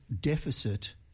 deficit